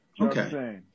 okay